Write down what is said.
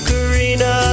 Karina